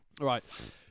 Right